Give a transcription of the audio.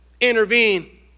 intervene